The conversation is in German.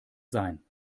sein